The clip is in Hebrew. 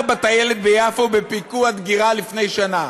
בטיילת ביפו בפיגוע דקירה לפני שנה.